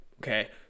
okay